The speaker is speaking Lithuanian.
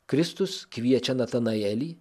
kristus kviečia natanaelį